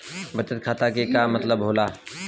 बचत खाता के का मतलब होला?